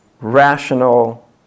rational